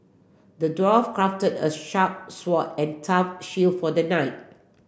the dwarf crafted a sharp sword and tough shield for the knight